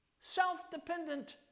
self-dependent